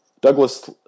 Douglas